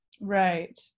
right